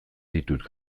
ditut